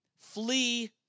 flee